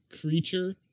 creature